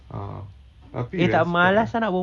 ah tapi respect ah